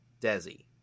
Desi